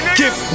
give